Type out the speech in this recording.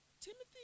Timothy